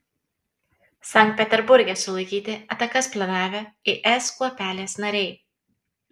sankt peterburge sulaikyti atakas planavę is kuopelės nariai